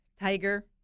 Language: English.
Tiger